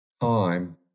time